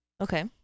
Okay